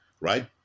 right